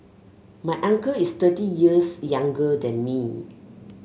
my uncle is thirty years younger than me